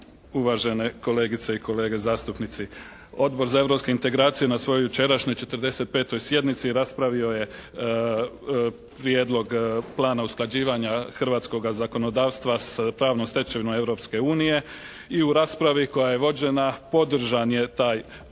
uvažene kolegice i kolege zastupnici. Odbor za europske integracije na svojoj jučerašnjoj 45. sjednici raspravio je Prijedlog plana usklađivanja hrvatskoga zakonodavstva s pravnom stečevinom Europske unije i u raspravi koja je vođena podržan je taj prijedlog.